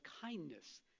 kindness